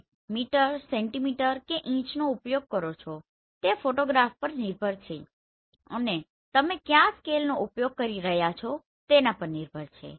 તમે metre centimetre કે ઇંચનો ઉપયોગ કરો છો તે ફોટોગ્રાફ પર નિર્ભર છે અને તમે કયા સ્કેલનો ઉપયોગ કરી રહ્યાં છો તેના પર નિર્ભર છે